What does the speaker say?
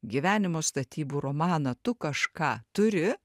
gyvenimo statybų romaną tu kažką turi